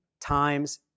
times